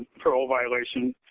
parole violation.